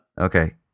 Okay